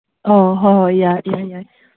ꯑꯣ ꯍꯣꯏ ꯍꯣꯏ ꯌꯥꯏ ꯌꯥꯏ